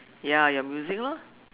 ya your music lor